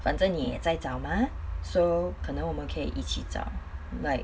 反正你在找 mah so 可能我们可以一起找 like